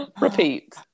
repeat